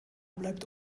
bleibt